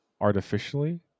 artificially